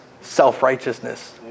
self-righteousness